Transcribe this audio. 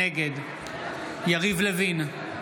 נגד יריב לוין,